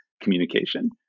communication